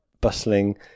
bustling